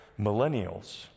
Millennials